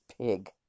pig